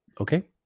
Okay